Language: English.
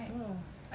I don't know